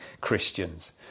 Christians